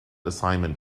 assignment